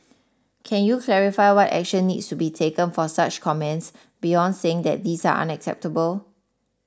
can you clarify what action needs to be taken for such comments beyond saying that these are unacceptable